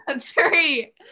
three